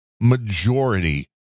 majority